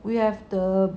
we have the